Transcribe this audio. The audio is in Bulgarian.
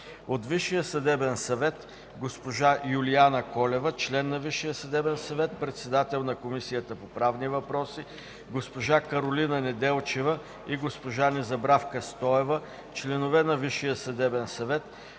(ВСС): госпожа Юлиана Колева – член на ВСС, председател на Комисията по правни въпроси, госпожа Каролина Неделчева и госпожа Незабравка Стоева – членове на ВСС;